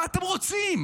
מה אתם רוצים?